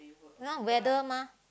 now whether mah